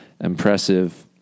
impressive